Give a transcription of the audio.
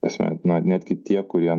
ta prasme netgi tie kurie